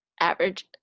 average